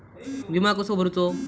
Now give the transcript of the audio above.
विमा कसो भरूचो?